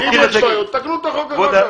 אם יש בעיות, טפלו בחוק הזה.